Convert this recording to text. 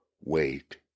Wait